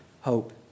hope